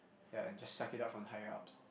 ya and just suck it up for the higher ups